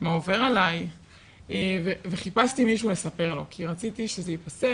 מה עובר עלי וחיפשתי מישהו לספר לו כי רציתי שזה ייפסק.